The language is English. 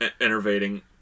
enervating